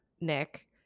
Nick